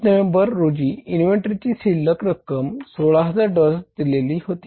30 November रोजी inventory शिल्लक रक्कम 16000 डॉलर्स दिलेली आहे